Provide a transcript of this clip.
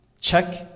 Check